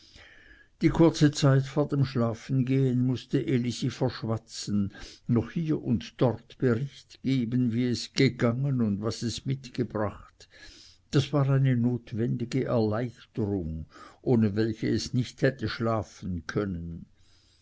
die kurze zeit vor dem schlafengehen mußte elisi verschwatzen noch hier und dort bericht geben wie es gegangen und was es mitgebracht das war eine notwendige erleichterung ohne welche es nicht hätte schlafen können